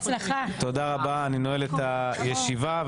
אני נועל את הישיבה.